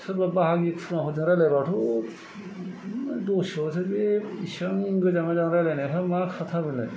सोरबा बाहागि खुरमाफोरजों रायज्लायबाथ' दसेलसो बे एसिबां गोजान गोजान रायज्लायनायफ्रा मा खोथाबेलाय